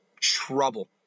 trouble